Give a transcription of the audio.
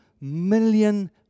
million